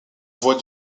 voie